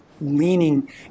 Leaning